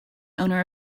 owner